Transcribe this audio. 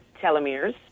telomeres